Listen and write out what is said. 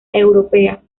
europea